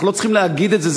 אנחנו לא צריכים להגיד את זה,